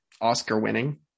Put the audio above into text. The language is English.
Oscar-winning